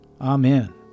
Amen